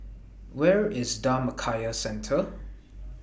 Where IS Dhammakaya Centre